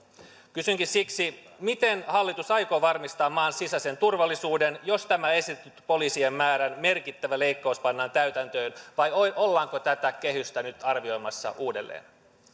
kysynkin siksi miten hallitus aikoo varmistaa maan sisäisen turvallisuuden jos tämä esitetty poliisien määrän merkittävä leikkaus pannaan täytäntöön vai ollaanko tätä kehystä nyt arvioimassa uudelleen